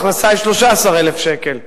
ההכנסה היא 13,000 שקל,